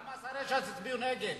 למה שרי ש"ס הצביעו נגד?